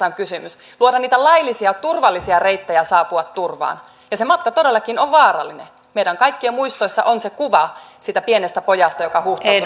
on kysymys luoda niitä laillisia turvallisia reittejä saapua turvaan se matka todellakin on vaarallinen meidän kaikkien muistoissa on se kuva siitä pienestä pojasta joka huuhtoutui